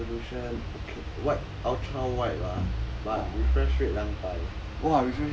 resolution okay wide ultra wide lah but refresh rate 两百